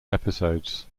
episodes